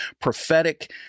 prophetic